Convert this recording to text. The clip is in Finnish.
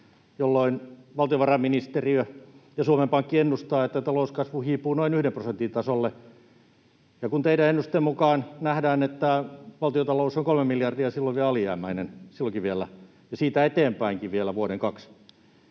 jolloin valtiovarainministeriön ja Suomen Pankin ennusteen mukaan talouskasvu hiipuu noin yhden prosentin tasolle, ja kun teidän ennusteenne mukaan nähdään, että valtiontalous on 3 miljardia silloinkin vielä alijäämäinen ja siitä eteenpäinkin vielä vuoden, kaksi,